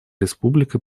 республика